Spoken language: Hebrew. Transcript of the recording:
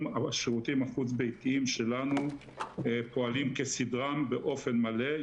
השירותים החוץ ביתיים שלנו פועלים כסדרם באופן מלא.